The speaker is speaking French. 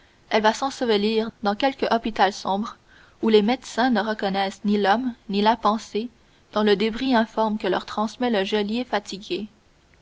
va s'ensevelir dans quelque hôpital sombre où les médecins ne reconnaissent ni l'homme ni la pensée dans le débris informe que leur transmet le geôlier fatigué